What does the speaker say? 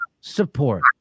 support